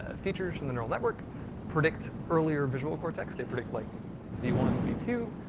ah features from the neural network predict earlier visual cortex. they predict like v one, v two.